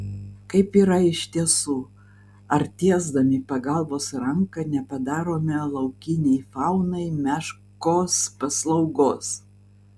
kaip yra iš tiesų ar tiesdami pagalbos ranką nepadarome laukiniai faunai meškos paslaugos